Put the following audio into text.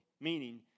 meaning